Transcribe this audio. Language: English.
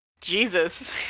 Jesus